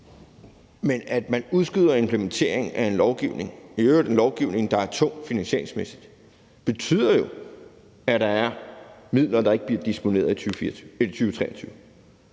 Men at man udskyder implementering af en lovgivning, i øvrigt en lovgivning, der er tung finansieringsmæssigt, betyder jo, at der er midler, der ikke bliver disponeret i 2023.